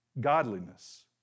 godliness